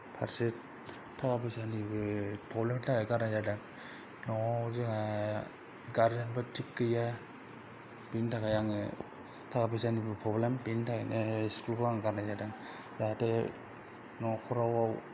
फारसे थाखा फैसानिबो प्रब्लेमनि थाखाय गारनाय जादों न'आव जोंहा गारजेनबो थिग गैया बिनि थाखाय आङो थाखा फैसानिबो प्रब्लेम बेनि थाखायनो स्कुलखौ आं गारनाय जादों जाहाथे न'खराव